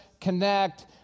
connect